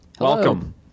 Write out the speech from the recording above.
welcome